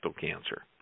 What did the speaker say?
cancer